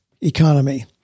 economy